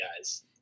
guys